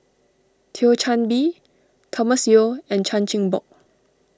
Thio Chan Bee Thomas Yeo and Chan Chin Bock